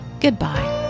goodbye